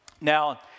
Now